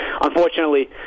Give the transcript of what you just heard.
unfortunately